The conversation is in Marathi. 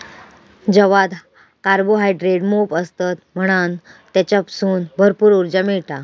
जवात कार्बोहायड्रेट मोप असतत म्हणान तेच्यासून भरपूर उर्जा मिळता